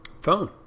phone